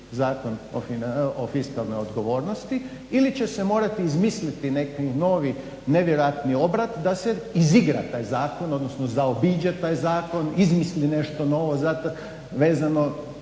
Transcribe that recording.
Zakon o fiskalnoj odgovornosti ili će se morati izmisliti neki novi nevjerojatni obrat da se izigra taj zakon, odnosno zaobiđe taj zakon, izmisli nešto novo vezano